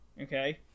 Okay